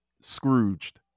Scrooged